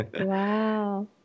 Wow